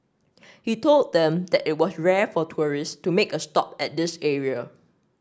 he told them that it was rare for tourist to make a stop at this area